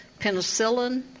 penicillin